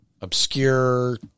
Obscure